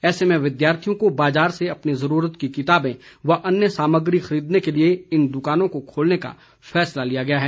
ऐसे में विद्यार्थियों को बाजार से अपनी जरूरत की किताबें व अन्य सामग्री खरीदने के लिए इन दुकानों को खोलने का फैसला लिया गया है